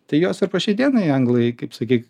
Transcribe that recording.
tai juos ir po šiai dienai anglai kaip sakyk